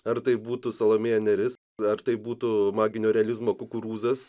ar tai būtų salomėja nėris ar tai būtų maginio realizmo kukurūzas